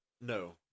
No